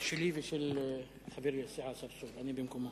שלי ושל חברי לסיעה צרצור, אני במקומו.